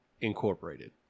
incorporated